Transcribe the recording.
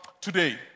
today